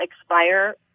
expire